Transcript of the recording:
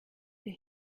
der